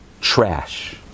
trash